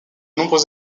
nombreux